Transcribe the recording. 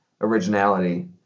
originality